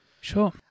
Sure